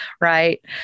Right